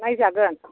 नायजागोन